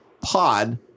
pod